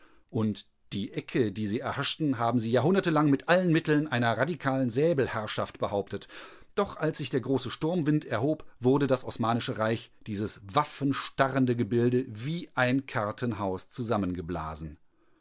und die ecke die sie erhaschten haben sie jahrhundertelang mit allen mitteln einer radikalen säbelherrschaft behauptet doch als sich der große sturmwind erhob wurde das osmanische reich dieses waffenstarrende gebilde wie ein kartenhaus